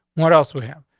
what else we have?